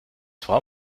frau